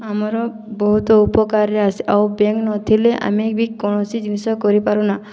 ଆମର ବହୁତ ଉପକାରରେ ଆସେ ଆଉ ବେଙ୍କ ନଥିଲେ ଆମେ ବି କୌଣସି ଜିନିଷ କରିପାରୁନା